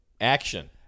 Action